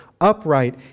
upright